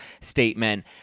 statement